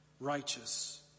Righteous